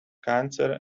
cancer